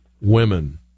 women